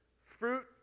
fruit